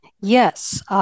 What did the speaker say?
Yes